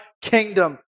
kingdom